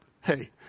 hey